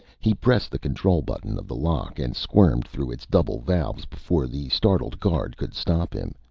he pressed the control-button of the lock, and squirmed through its double valves before the startled guard could stop him.